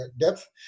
depth